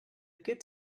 good